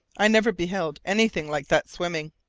i never beheld anything like that swimming.